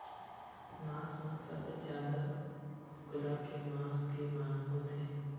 मांस म सबले जादा कुकरा के मांस के मांग होथे